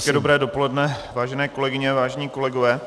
Hezké dobré dopoledne, vážené kolegyně, vážení kolegové.